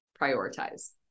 prioritize